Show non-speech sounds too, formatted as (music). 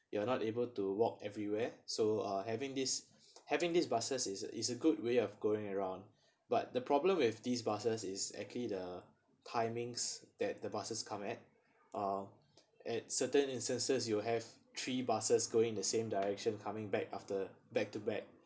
you are not able to walk everywhere so uh having these having these buses is a is a good way of going around (breath) but the problem with these buses is actually the timings that the buses come at uh at certain instances you have three buses going in the same direction coming back after back to back